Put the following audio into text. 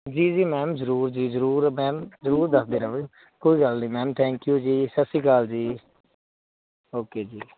ਜੀ ਜੀ ਮੈਮ ਜ਼ਰੂਰ ਜੀ ਜ਼ਰੂਰ ਮੈਮ ਜ਼ਰੂਰ ਦੱਸਦੇ ਰਹਾਂਗੇ ਕੋਈ ਗੱਲ ਨੀ ਮੈਮ ਥੈਂਕ ਯੂ ਜੀ ਸਤਿ ਸ਼੍ਰੀ ਅਕਾਲ ਜੀ ਓਕੇ ਜੀ